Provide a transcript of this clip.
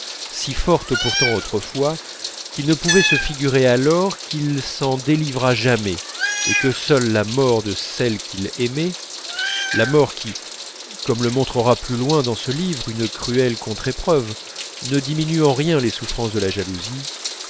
si forte pourtant autrefois qu'il ne pouvait se figurer alors qu'il s'en délivrât jamais et que seule la mort de celle qu'il aimait la mort qui comme le montrera plus loin dans ce livre une cruelle contre-épreuve ne diminue en rien les souffrances de la jalousie